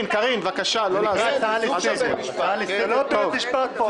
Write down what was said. סוג של בית משפט.